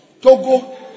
Togo